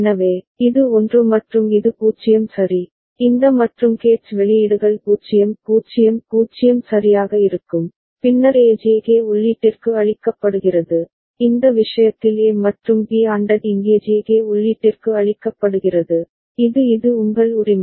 எனவே இது 1 மற்றும் இது 0 சரி இந்த மற்றும் கேட்ஸ் வெளியீடுகள் 0 0 0 சரியாக இருக்கும் பின்னர் A JK உள்ளீட்டிற்கு அளிக்கப்படுகிறது இந்த விஷயத்தில் A மற்றும் B ANDed இங்கே JK உள்ளீட்டிற்கு அளிக்கப்படுகிறது இது இது உங்கள் உரிமை